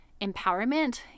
empowerment